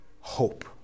hope